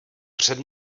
před